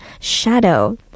shadow